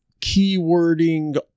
keywording